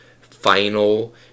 final